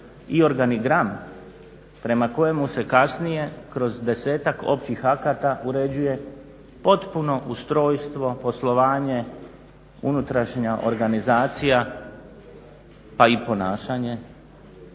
i organigram prema kojemu se kasnije kroz 10-tak općih akata uređuje potpuno ustrojstvo, poslovanje, unutrašnja organizacija pa i ponašanje